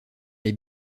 les